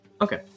Okay